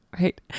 Right